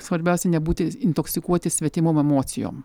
svarbiausia nebūti intoksikuoti svetimom emocijom